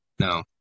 no